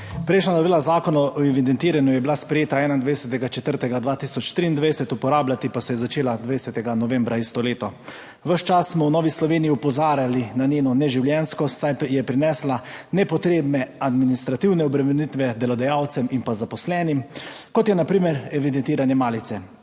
Prejšnja novela zakona o evidentiranju je bila sprejeta 21. 4. 2023, uporabljati pa se je začela 20. novembra isto leto. Ves čas smo v Novi Sloveniji opozarjali na njeno neživljenjskost, saj je prinesla nepotrebne administrativne obremenitve delodajalcem in zaposlenim, kot je na primer evidentiranje malice.